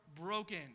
broken